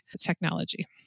technology